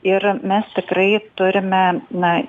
ir mes tikrai turime na